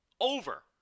over